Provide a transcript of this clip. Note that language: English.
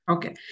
Okay